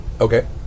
Okay